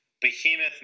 behemoth